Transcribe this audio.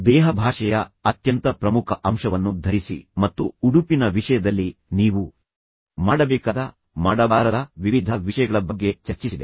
ದೇಹಭಾಷೆಯ ಅತ್ಯಂತ ಪ್ರಮುಖ ಅಂಶವನ್ನು ಧರಿಸಿ ಮತ್ತು ಉಡುಪಿನ ವಿಷಯದಲ್ಲಿ ನೀವು ಮಾಡಬೇಕಾದ ಮಾಡಬಾರದ ವಿವಿಧ ವಿಷಯಗಳ ಬಗ್ಗೆ ಚರ್ಚಿಸಿದೆ